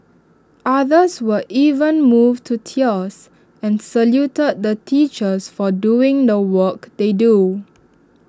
others were even moved to tears and saluted the teachers for doing the work they do